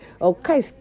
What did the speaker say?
Okay